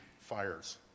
fires